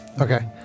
Okay